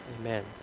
Amen